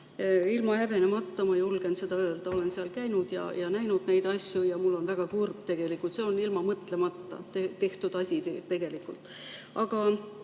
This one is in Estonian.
Ilma häbenemata ma julgen seda öelda, olen seal käinud ja näinud neid asju. Ja mul on väga kurb tegelikult. See on ilma mõtlemata tehtud asi. Aga